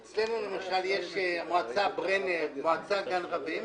אצלנו, למשל, יש מועצה ברנר, מועצה גן רווה.